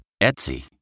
Etsy